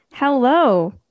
Hello